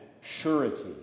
surety